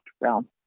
realm